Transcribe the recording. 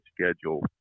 schedule